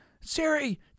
Siri